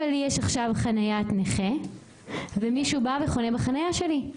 לי יש עכשיו חניית נכה ומישהו בא וחונה בחניה שלי,